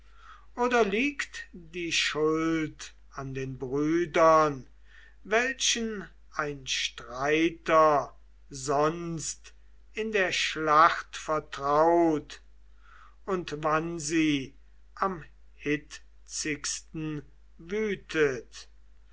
oder liegt die schuld an den brüdern welchen ein streiter sonst in der schlacht vertraut auch wann sie am hitzigsten wütet